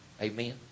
Amen